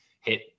hit